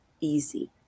easy